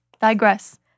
digress